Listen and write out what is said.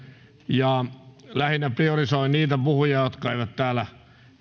ja lähinnä priorisoin niitä puhujia jotka eivät täällä